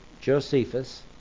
Josephus